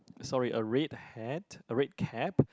sorry a red hat a red cap